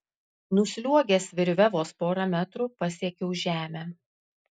nusliuogęs virve vos porą metrų pasiekiau žemę